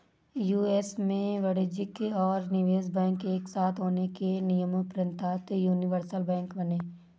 US में वाणिज्यिक और निवेश बैंक एक साथ होने के नियम़ोंपरान्त यूनिवर्सल बैंक बने